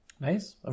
Nice